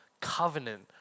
covenant